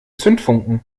zündfunken